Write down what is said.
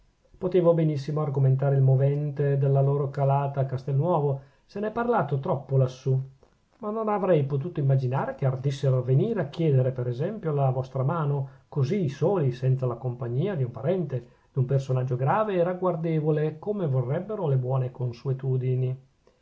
potevo benissimo argomentare il movente della loro calata a castelnuovo se n'è parlato troppo lassù ma non avrei potuto immaginare che ardissero venire a chiedere per esempio la vostra mano così soli senza la compagnia di un parente d'un personaggio grave e ragguardevole come vorrebbero le buone consuetudini